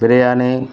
biryani